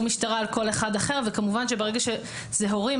משטרה על כל אחד אחר וכמובן שברגע שאלה הורים,